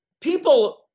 people